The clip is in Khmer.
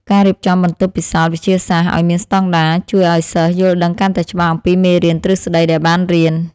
ការរៀបចំបន្ទប់ពិសោធន៍វិទ្យាសាស្ត្រឱ្យមានស្តង់ដារជួយឱ្យសិស្សយល់ដឹងកាន់តែច្បាស់អំពីមេរៀនទ្រឹស្តីដែលបានរៀន។